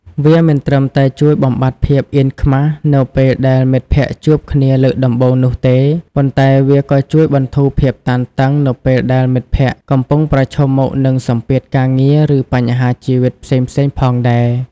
វាមិនត្រឹមតែជួយបំបាត់ភាពអៀនខ្មាស់នៅពេលដែលមិត្តភក្តិជួបគ្នាលើកដំបូងនោះទេ ប៉ុន្តែវាក៏ជួយបន្ធូរភាពតានតឹងនៅពេលដែលមិត្តភក្តិកំពុងប្រឈមមុខនឹងសម្ពាធការងារឬបញ្ហាជីវិតផ្សេងៗផងដែរ។